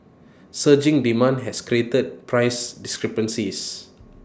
surging demand has created price discrepancies